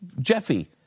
Jeffy